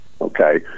okay